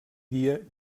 dia